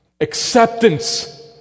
acceptance